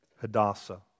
Hadassah